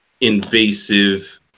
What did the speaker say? invasive